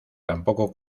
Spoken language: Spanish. tampoco